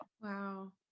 Wow